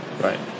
Right